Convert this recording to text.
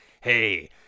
hey